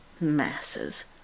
Masses